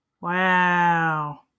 wow